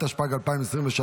התשפ"ג 2023,